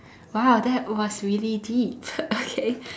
!wow! that was really deep okay